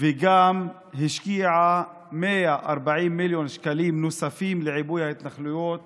וגם השקיעה 140 מיליון שקלים נוספים לעיבוי ההתנחלויות